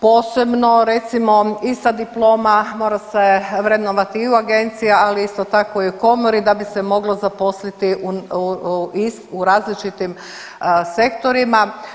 Posebno recimo ista diploma mora se vrednovati i u agenciji, ali isto tako i u komori da bi se moglo zaposliti u različitim sektorima.